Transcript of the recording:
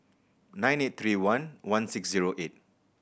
nine eight three one one six zero eight